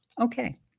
Okay